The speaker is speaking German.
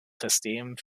system